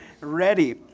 ready